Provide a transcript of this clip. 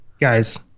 Guys